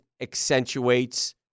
accentuates